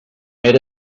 era